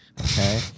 Okay